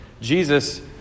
Jesus